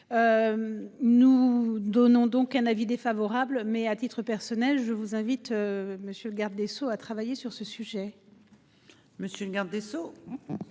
vous donnons donc un avis défavorable mais à titre personnel, je vous invite. Monsieur le garde des Sceaux a travaillé sur ce sujet. Monsieur le garde des Sceaux.